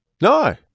no